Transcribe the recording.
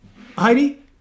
Heidi